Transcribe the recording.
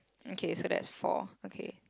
okay so that's four okay